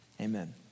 Amen